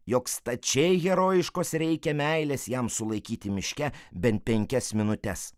jog stačiai herojiškos reikia meilės jam sulaikyti miške bent penkias minutes